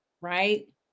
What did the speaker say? right